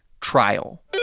trial